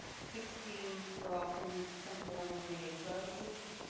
sixteen were offering some form of relay services.